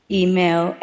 email